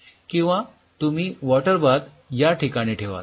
किंवा तुम्ही water bath या ठिकाणी ठेवाल